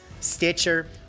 Stitcher